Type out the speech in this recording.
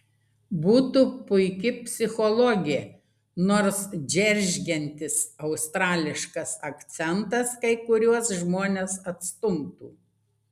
būtų puiki psichologė nors džeržgiantis australiškas akcentas kai kuriuos žmones atstumtų